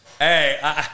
hey